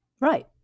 Right